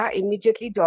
immediately